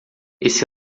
esse